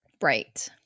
Right